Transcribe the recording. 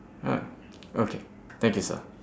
okay thank you sir